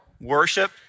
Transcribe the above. worship